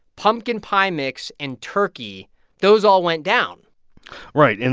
pumpkin pie mix and turkey those all went down right. and